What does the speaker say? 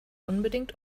unbedingt